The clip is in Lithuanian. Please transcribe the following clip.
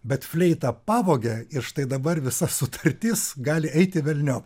bet fleitą pavogė ir štai dabar visas sutartis gali eiti velniop